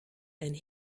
and